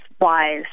Wise